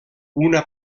una